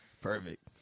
Perfect